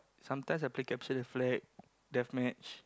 sometimes I play capture the flag Deathmatch